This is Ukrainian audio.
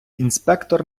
інспектор